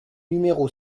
numéro